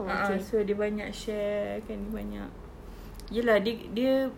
a'ah so dia banyak share kan dia banyak ya lah dia dia